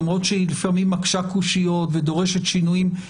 למרות שהיא פתאום מקשה קושיות ודורשת שינויים,